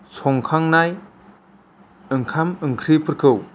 संखांनाय ओंखाम ओंख्रिफोरखौ